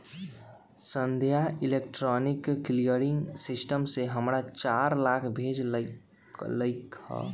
संध्या electronic clearing system से हमरा चार लाख भेज लकई ह